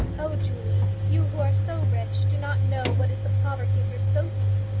oh, julie, you, who are so rich, do not know what is the poverty of your sophie!